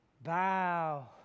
bow